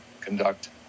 conduct